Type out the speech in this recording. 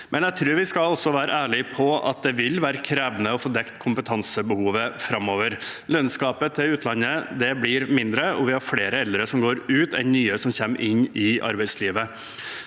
Jeg tror vi også skal være ærlig på at det vil være krevende å få dekt kompetansebehovet framover. Lønnsgapet til utlandet blir mindre, og vi har flere eldre som går ut av arbeidslivet,